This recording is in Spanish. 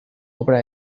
obra